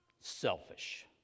selfish